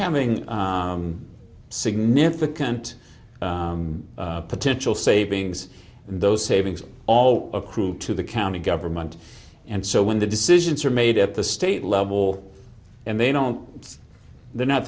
having significant potential savings those savings all accrue to the county government and so when the decisions are made at the state level and they don't they're not